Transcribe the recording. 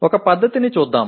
ఒక పద్ధతిని చూద్దాం